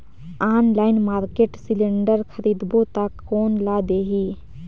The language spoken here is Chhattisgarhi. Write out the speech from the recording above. ऑनलाइन मार्केट सिलेंडर खरीदबो ता कोन ला देही?